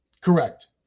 Correct